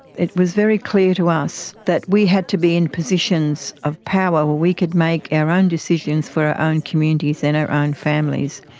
it was very clear to us that we had to be in positions of power where we could make our own decisions for our own communities and our own families.